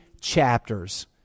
chapters